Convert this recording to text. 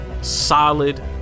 solid